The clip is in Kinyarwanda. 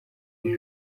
iri